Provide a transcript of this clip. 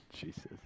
Jesus